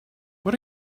what